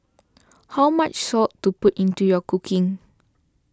how much salt to put into your cooking